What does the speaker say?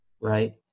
right